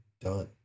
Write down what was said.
done